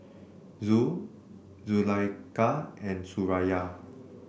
Zul Zulaikha and Suraya